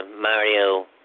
Mario